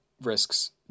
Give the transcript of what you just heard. risks